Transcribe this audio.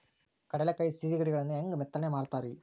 ಕಡಲೆಕಾಯಿ ಸಿಗಡಿಗಳನ್ನು ಹ್ಯಾಂಗ ಮೆತ್ತನೆ ಮಾಡ್ತಾರ ರೇ?